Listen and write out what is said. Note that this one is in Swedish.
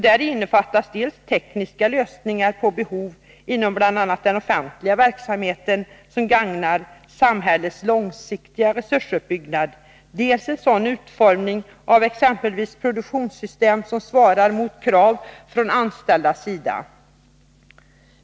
Däri innefattas dels tekniska lösningar inom bl.a. den offentliga verksamheten, vilka gagnar samhällets långsiktiga resursuppbyggnad, dels en sådan utformning av exempelvis produktionssystem som svarar mot krav från de anställdas sida.